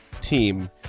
team